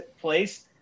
place